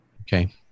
Okay